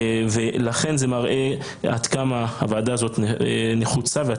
לכן זה מראה עד כמה הוועדה הזאת נחוצה ועד